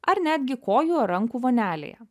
ar netgi kojų ar rankų vonelėje